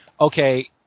Okay